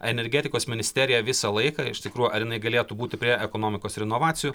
energetikos ministeriją visą laiką iš tikrųjų ar jinai galėtų būti prie ekonomikos ir inovacijų